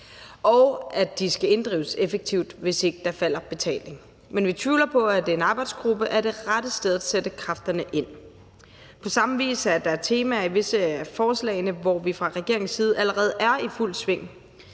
og at de skal inddrives effektivt, hvis ikke der falder betaling. Men vi tvivler på, at en arbejdsgruppe er det rette sted at sætte kræfterne ind. På samme vis er der temaer i visse af forslagene, hvor vi fra regeringens side allerede er i fuldt sving.